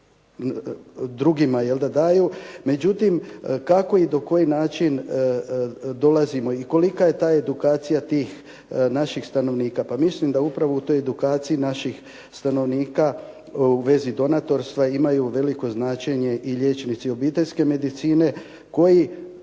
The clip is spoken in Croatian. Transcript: drugima daju, međutim kako i na koji način dolazimo i kolika je ta edukacija tih naših stanovnika. Pa mislim da upravo u toj edukaciji naših stanovnika u vezi donatorstva imaju veliko značenje i liječnici obiteljske medicine koji